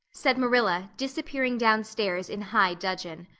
said marilla, disappearing downstairs in high dudgeon.